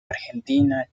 argentina